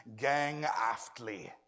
gang-aftly